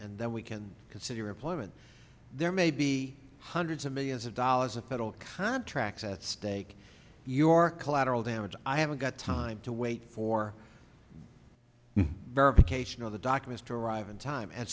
and then we can consider employment there may be hundreds of millions of dollars of federal contracts at stake your collateral damage i haven't got time to wait for verification of the documents to arrive in time and